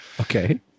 Okay